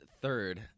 third